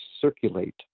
circulate